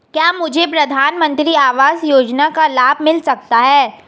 क्या मुझे प्रधानमंत्री आवास योजना का लाभ मिल सकता है?